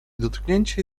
dotknięcie